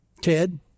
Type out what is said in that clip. Ted